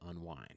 unwind